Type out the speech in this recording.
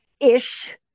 ish